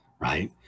right